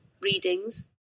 readings